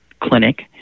clinic